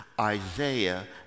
Isaiah